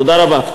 תודה רבה.